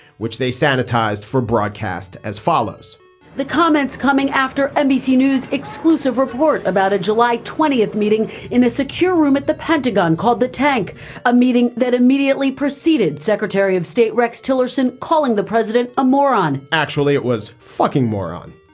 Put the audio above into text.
which they sanitized for broadcast as follows the comments coming after nbc news exclusive report about a july twentieth meeting in a secure room at the pentagon called the tank a meeting that immediately preceded secretary of state rex tillerson, calling the president a moron actually, it was fucking moron.